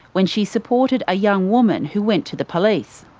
when she supported a young woman who went to the police.